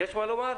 יש מה לומר?